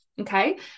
Okay